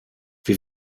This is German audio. wir